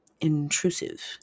intrusive